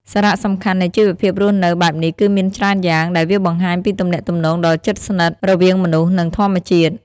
សារៈសំខាន់នៃជីវភាពរស់នៅបែបនេះគឺមានច្រើនយ៉ាង ដែលវាបង្ហាញពីទំនាក់ទំនងដ៏ជិតស្និទ្ធរវាងមនុស្ស និងធម្មជាតិ។